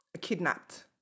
kidnapped